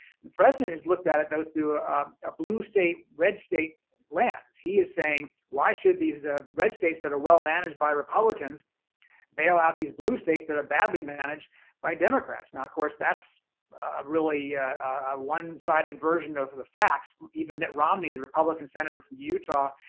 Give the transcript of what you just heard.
the president has looked at it though through a ah blue state, red state lens. he is saying, why should these ah red states that are well managed by republicans bail out these blue states that are badly managed by democrats? now, of course, that's really a one sided version of the facts. even mitt romney, the republican senator from utah,